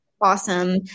awesome